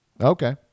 Okay